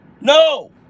No